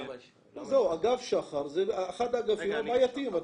אגף שח"ר זה אחד האגפים הבעייתיים,